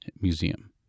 Museum